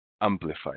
amplified